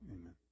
Amen